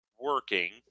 working